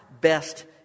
best